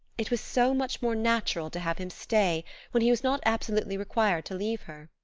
it was so much more natural to have him stay when he was not absolutely required to leave her.